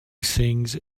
sings